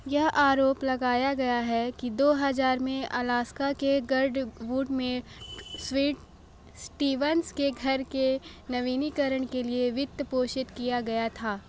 यह आरोप लगाया गया है कि दो हज़ार में अलास्का के गर्डवुड में स्वीड स्टीवंस के घर के नवीनीकरण के लिए वित्त पोषित किया गया था